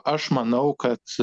o aš manau kad